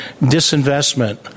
disinvestment